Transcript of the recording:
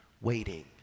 waiting